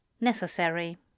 necessary